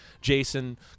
Jason